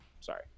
sorry